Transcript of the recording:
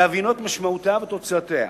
בהבינו את משמעותה ותוצאותיה,